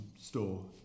store